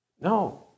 No